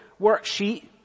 worksheet